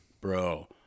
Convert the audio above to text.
Bro